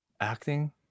acting